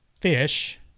Fish